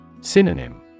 Synonym